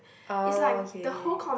orh okay okay